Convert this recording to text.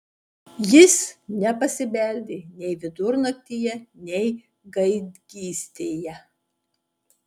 jis nepasibeldė nei vidurnaktyje nei gaidgystėje